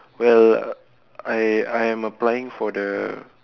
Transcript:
well I I am applying for the